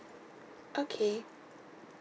okay